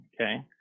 okay